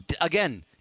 Again